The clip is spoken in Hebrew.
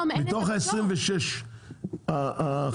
מתוך 26 החברות,